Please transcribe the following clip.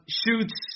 shoots